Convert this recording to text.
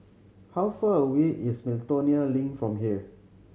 how far away is Miltonia Link from here